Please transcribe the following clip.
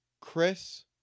Chris